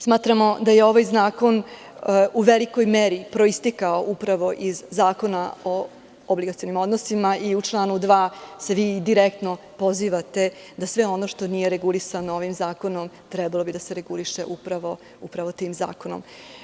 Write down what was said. Smatramo da je ovaj zakon u velikoj meri proistekao upravo iz Zakona o obligacionim odnosima i u članu 2. se vi direktno pozivate, da sve ono što nije regulisano ovim zakonom, trebalo bi da se reguliše upravo tim zakonom.